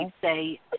say